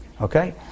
Okay